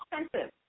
Expensive